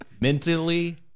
mentally